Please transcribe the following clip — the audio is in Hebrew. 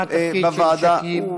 מה התפקיד של שכיב?